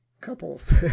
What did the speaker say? couples